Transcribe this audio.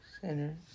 sinners